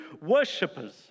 worshippers